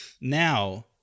now